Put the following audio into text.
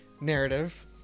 narrative